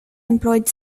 employed